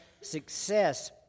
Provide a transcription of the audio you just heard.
success